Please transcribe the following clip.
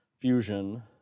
Fusion